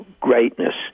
greatness